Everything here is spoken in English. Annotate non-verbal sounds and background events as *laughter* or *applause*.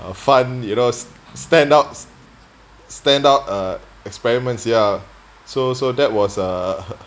uh fun you know s~ standouts stand out uh experiments ya so so that was uh *laughs*